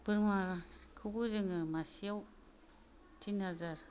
बोरमाखौबो जोङो मासेयाव टिन हाजार